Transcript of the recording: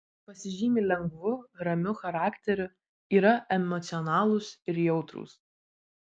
pasižymi lengvu ramiu charakteriu yra emocionalūs ir jautrūs